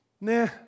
nah